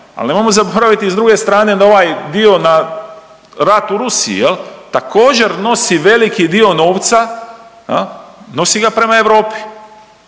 al nemojmo zaboraviti i s druge strane na ovaj dio na rat u Rusiji jel. Također nosi veliki dio novca jel, nosi ga prema Europi.